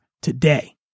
today